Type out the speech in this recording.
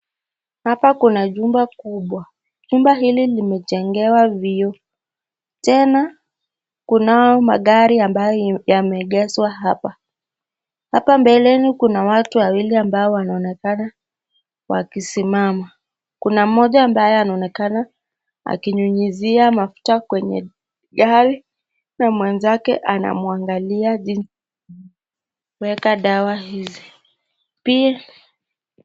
Hapa kuna jumba kubwa. Jumba hili limejengewa viio. Tena kunayo magari ambayo yameegeshwa hapa. Hapa mbeleni kuna watu wawili ambao wanaonekana wakisimama. Kuna mmoja ambaye anaonekana akinyunyuzia mafuta kwenye gari na mwenzake anamwangalia jinsi weka dawa hizi. Pia